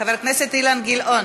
חבר הכנסת אילן גילאון,